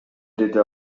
деди